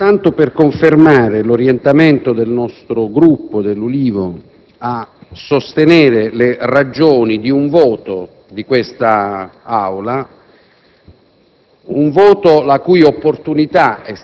soltanto confermare l'orientamento del Gruppo dell'Ulivo a sostegno delle ragioni di un voto di quest'Aula,